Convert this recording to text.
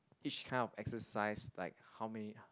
each kind of exercise like how many